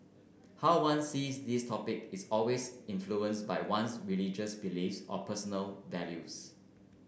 how one sees these topic is always influenced by one's religious beliefs or personal values